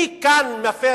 לא רק שהיא לא מאפשרת זאת,